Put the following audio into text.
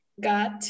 got